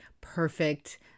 perfect